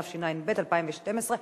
התשע"ב 2012,